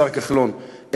השר כחלון,